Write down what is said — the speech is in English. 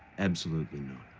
absolutely not.